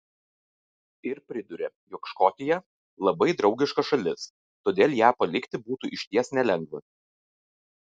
ir priduria jog škotija labai draugiška šalis todėl ją palikti būtų išties nelengva